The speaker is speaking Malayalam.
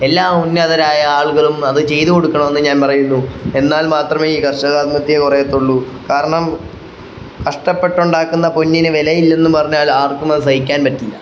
എല്ലാ ഉന്നതരായ ആളുകളും അത് ചെയ്ത് കൊടുക്കണമെന്ന് ഞാൻ പറയുന്നു എന്നാൽ മാത്രമേ ഈ കർഷക ആത്മഹത്യ കുറയത്തുള്ളു കാരണം കഷ്ടപ്പെട്ടുണ്ടാക്കുന്ന പൊന്നിന് വിലയില്ലെന്ന് പറഞ്ഞാൽ ആർക്കും അത് സഹിക്കാൻ പറ്റില്ല